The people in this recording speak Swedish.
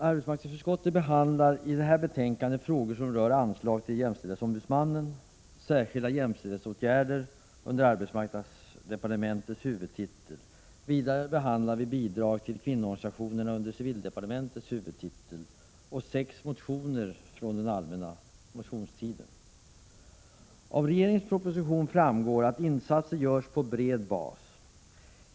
Prot. 1986/87:122 Herr talman! Arbetsmarknadsutskottet behandlar i detta betänkande 13 maj 1987 Av regeringens proposition framgår att insatser görs på bred bas.